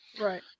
Right